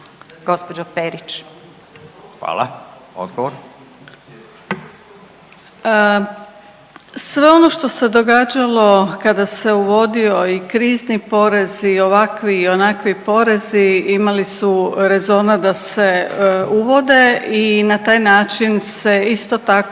**Perić, Grozdana (HDZ)** Sve ono što se događalo se uvodio i krizni porez i ovakvi i onakvi porezi imali su rezona da se uvode i na taj način se isto tako